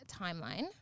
timeline